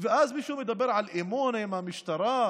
ואז מישהו מדבר על אמון עם המשטרה,